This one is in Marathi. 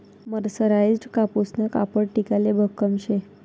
मरसराईजडं कापूसनं कापड टिकाले भक्कम शे